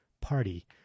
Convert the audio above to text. party